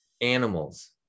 animals